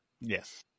Yes